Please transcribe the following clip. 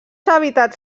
hàbitats